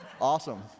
Awesome